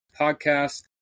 podcast